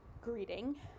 greeting